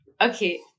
okay